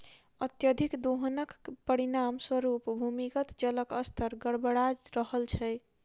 अत्यधिक दोहनक परिणाम स्वरूप भूमिगत जलक स्तर गड़बड़ा रहल छै